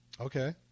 Okay